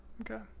Okay